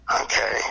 Okay